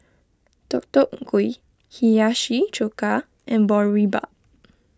Deodeok Gui Hiyashi Chuka and Boribap